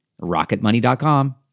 rocketmoney.com